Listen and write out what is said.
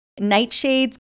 nightshades